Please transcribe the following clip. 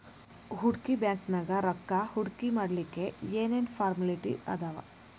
ಹೂಡ್ಕಿ ಬ್ಯಾಂಕ್ನ್ಯಾಗ್ ರೊಕ್ಕಾ ಹೂಡ್ಕಿಮಾಡ್ಲಿಕ್ಕೆ ಏನ್ ಏನ್ ಫಾರ್ಮ್ಯಲಿಟಿ ಅದಾವ?